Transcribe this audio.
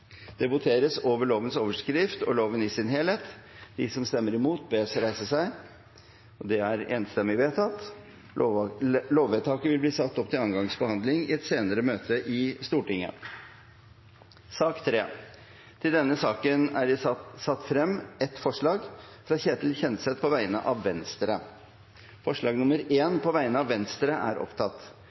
Det voteres over lovens overskrift og loven i sin helhet. Lovvedtaket vil bli satt opp til andre gangs behandling i et senere møte i Stortinget. Under debatten er det satt frem et forslag fra Ketil Kjenseth på vegne av Venstre. Forslaget lyder: «Stortinget ber regjeringen komme tilbake til Stortinget med en